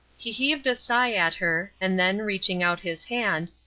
he heaved a sigh at her, and then, reaching out his hand,